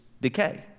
decay